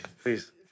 Please